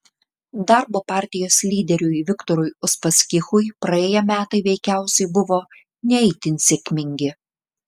darbo partijos lyderiui viktorui uspaskichui praėję metai veikiausiai buvo ne itin sėkmingi